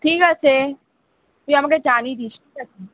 ঠিক আছে তুই আমাকে জানিয়ে দিস ঠিক আছে